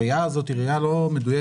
הראייה הזאת היא ראייה לא מדויקת,